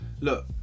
look